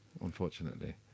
unfortunately